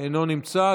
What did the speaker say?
אינו נמצא.